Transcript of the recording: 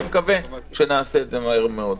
אני מקווה שנעשה את זה מהר מאוד.